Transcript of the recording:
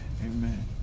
Amen